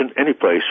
anyplace